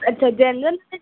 ଆଚ୍ଛା ଜେନେରାଲ୍